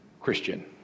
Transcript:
Christian